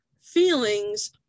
Feelings